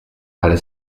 ale